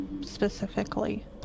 specifically